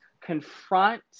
confront